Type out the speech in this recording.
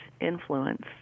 influence